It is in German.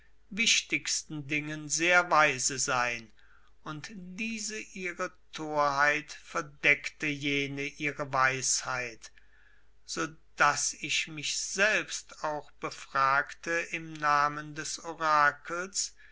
wichtigsten dingen sehr weise sein und diese ihre torheit verdeckte jene ihre weisheit so daß ich mich selbst auch befragte im namen des orakels